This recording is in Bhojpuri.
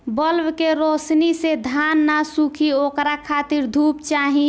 बल्ब के रौशनी से धान न सुखी ओकरा खातिर धूप चाही